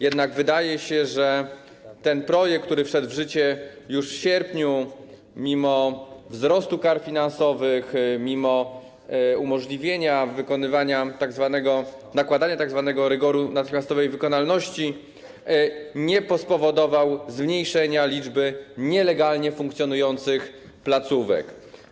Jednak wydaje się, że ten projekt, który wszedł w życie już w sierpniu, mimo wzrostu kar finansowych, mimo umożliwienia nakładania tzw. rygoru natychmiastowej wykonalności nie spowodował zmniejszenia liczby nielegalnie funkcjonujących placówek.